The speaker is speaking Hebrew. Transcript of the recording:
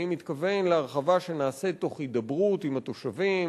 מתכוון להרחבה שנעשית תוך הידברות עם התושבים,